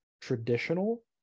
traditional